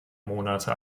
monate